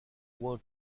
loin